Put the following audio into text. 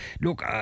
look